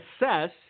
assess